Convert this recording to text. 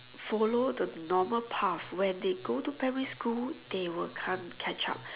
follow the normal path where they go to primary school they will can't catch up